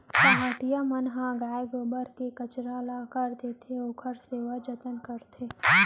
पहाटिया मन ह गाय के गोबर कचरा कर देथे, ओखर सेवा जतन करथे